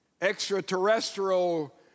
extraterrestrial